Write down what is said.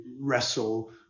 wrestle